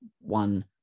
one